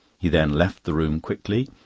he then left the room quickly,